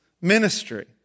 ministry